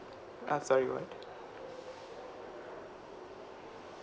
uh sorry what